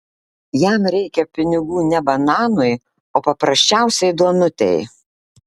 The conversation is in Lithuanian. jam reikia pinigų ne bananui o paprasčiausiai duonutei